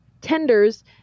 tenders